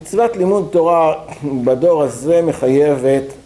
מצוות לימוד תורה בדור הזה מחייבת